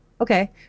Okay